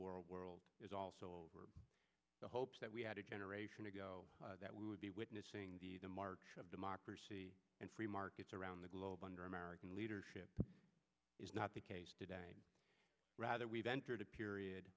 war world is also the hopes that we had a generation ago that would be witnessing the march of democracy and free markets around the globe under american leadership is not the case today rather we've entered a period